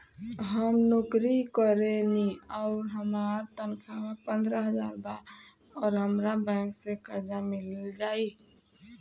हम नौकरी करेनी आउर हमार तनख़ाह पंद्रह हज़ार बा और हमरा बैंक से कर्जा मिल जायी?